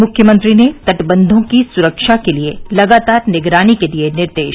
मुख्यमंत्री ने तटबंधों की सुरक्षा के लिए लगातार निगरानी के दिए निर्देश